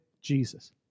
Jesus